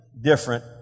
different